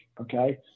okay